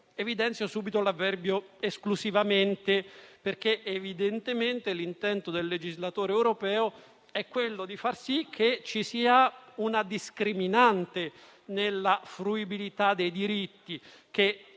Evidenzio subito l'avverbio «esclusivamente» perché evidentemente l'intento del legislatore europeo è far sì che ci sia una discriminante nella fruibilità dei diritti che